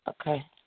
Okay